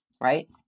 right